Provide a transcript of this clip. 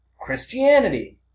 Christianity